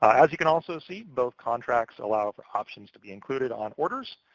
as you can also see, both contracts allow for options to be included on orders.